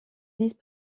vice